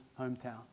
hometown